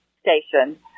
station